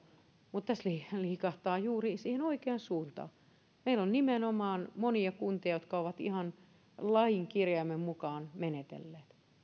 mutta se liikahtaa juuri siihen oikeaan suuntaan meillä on nimenomaan monia kuntia jotka ovat ihan lain kirjaimen mukaan menetelleet